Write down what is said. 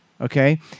okay